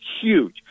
Huge